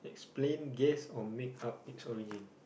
explain guess or make up its origin